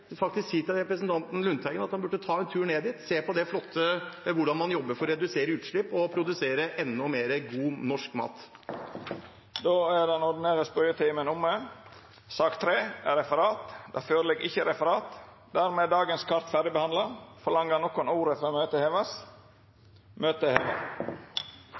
si til representanten Lundteigen at han burde ta en tur ned dit og se hvordan man jobber for å redusere utslipp og produsere enda mer god, norsk mat. Då er den ordinære spørjetimen omme. Det ligg ikkje føre noko referat. Dermed er dagens kart ferdigbehandla. Ber nokon om ordet før møtet vert heva? – Møtet er heva.